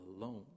alone